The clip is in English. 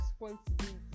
responsibility